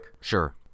Sure